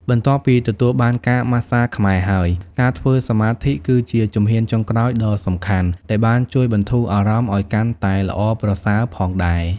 បន្ទាប់ពីទទួលបានការម៉ាស្សាខ្មែរហើយ ការធ្វើសមាធិគឺជាជំហានចុងក្រោយដ៏សំខាន់ដែលបានជួយបន្ធូរអារម្មណ៍ឱ្យកាន់តែល្អប្រសើរផងដែរ។